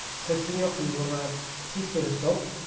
so to the gnocchi, we want to add a teaspoon of salt,